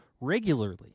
regularly